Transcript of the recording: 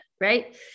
right